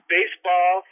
Baseball